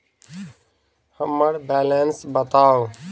हम्मर बैलेंस बताऊ